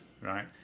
right